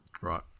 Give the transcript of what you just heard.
Right